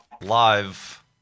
live